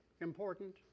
important